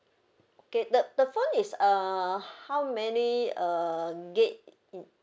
okay the the phone is err how many uh gig mm